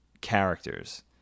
characters